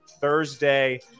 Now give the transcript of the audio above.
Thursday